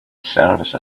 service